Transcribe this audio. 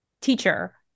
teacher